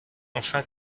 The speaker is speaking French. enfin